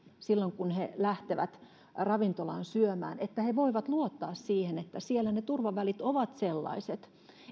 silloin kun he lähtevät ravintolaan syömään että he voivat luottaa siihen että siellä ne turvavälit ovat sellaiset